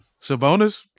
Sabonis